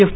F